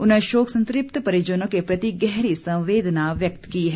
उन्होंने शोक संतत्प परिजनों के प्रति गहरी संवेदना व्यक्त की है